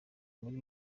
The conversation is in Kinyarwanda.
muri